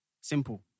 simple